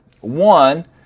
One